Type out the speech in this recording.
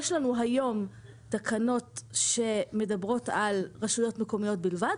יש לנו היום תקנות שמדברות על רשויות מקומיות בלבד,